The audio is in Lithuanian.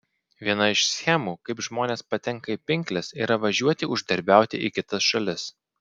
viena iš schemų kaip žmonės patenka į pinkles yra važiuoti uždarbiauti į kitas šalis